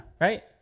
Right